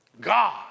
God